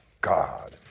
God